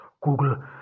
Google